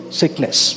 sickness